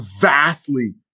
vastly